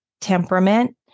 temperament